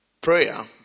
prayer